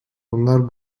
bunlar